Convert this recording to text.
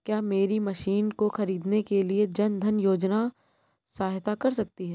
क्या मेरी मशीन को ख़रीदने के लिए जन धन योजना सहायता कर सकती है?